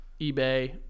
eBay